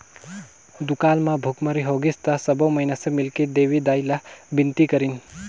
दुकाल म भुखमरी होगिस त सब माइनसे मिलके देवी दाई ला बिनती करिन